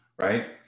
right